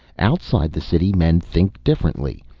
outside the city men think differently.